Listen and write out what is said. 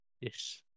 Yes